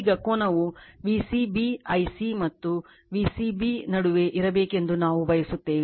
ಈಗ ಕೋನವು V c b Ic ಮತ್ತು V c b ನಡುವೆ ಇರಬೇಕೆಂದು ನಾವು ಬಯಸುತ್ತೇವೆ